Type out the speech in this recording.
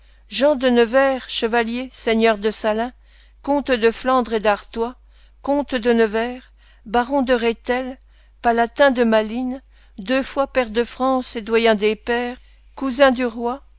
jean de nevers chevalier seigneur de salins comte de flandre et d'artois comte de nevers baron de réthel palatin de malines deux fois pair de france et doyen des pairs cousin du roi